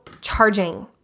charging